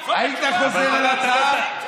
היית חוזר על ההצעה?